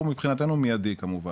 הוא מבחינתנו מידי כמובן,